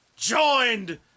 joined